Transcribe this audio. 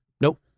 Nope